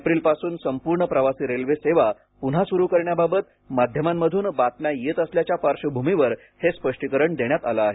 एप्रिलपासून संपूर्ण प्रवासी रेल्वे सेवा पुन्हा सुरू करण्याबाबत माध्यमांमधून बातम्या येत असल्याच्या पार्श्वभूमीवर हे स्पष्टीकरण देण्यात आलं आहे